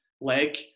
leg